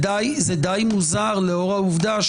די מוזר לאור העובדה,